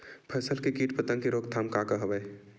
फसल के कीट पतंग के रोकथाम का का हवय?